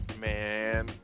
man